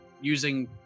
using